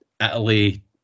Italy